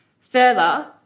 Further